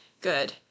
good